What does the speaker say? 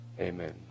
Amen